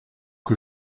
que